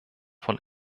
von